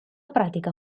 pratica